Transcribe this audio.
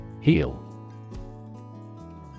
Heal